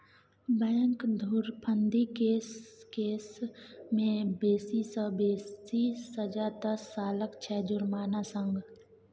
bank धुरफंदी केर case मे बेसी सँ बेसी सजा दस सालक छै जुर्माना संग